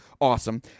awesome